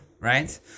right